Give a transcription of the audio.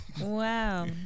Wow